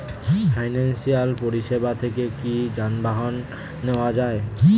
Financial পরিসেবা থেকে কি যানবাহন নেওয়া যায়?